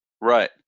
Right